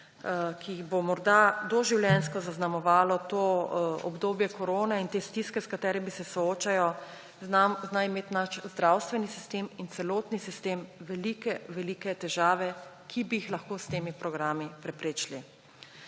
jih bo morda doživljenjsko zaznamovalo to obdobje korone in te stiske, s katerimi se soočajo, zna imeti naš zdravstveni sistem in celotni sistem velike, velike težave, ki bi jih lahko s temi programi preprečili.